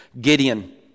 Gideon